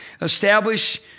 establish